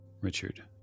Richard